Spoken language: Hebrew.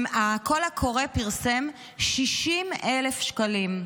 הקול הקורא פרסם 60,000 שקלים.